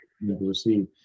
receive